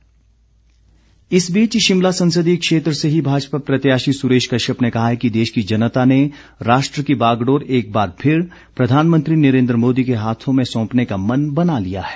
सुरेश कश्यप इस बीच शिमला संसदीय क्षेत्र से ही भाजपा प्रत्याशी सुरेश कश्यप ने कहा है कि देश की जनता ने राष्ट्र की बागडोर एकबार फिर प्रधानमंत्री नरेन्द्र मोदी के हाथों में सौंपने का मन बना लिया है